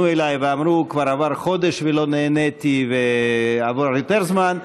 אליי ואמרו: כבר עבר חודש ולא נעניתי ועבר יותר זמן,